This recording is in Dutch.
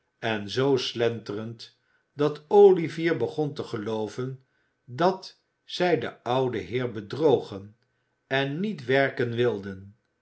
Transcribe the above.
en zoo slenterend dat olivier begon te gelooven dat zij den ouden heer bedrogen en niet werken wilden